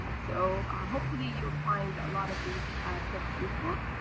so hopefully you will find a lot of these tips useful.